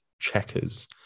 checkers